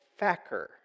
Facker